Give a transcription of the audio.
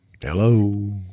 hello